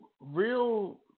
real